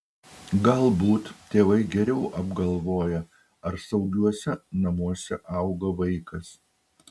galbūt tėvai geriau apgalvoja ar saugiuose namuose auga vaikas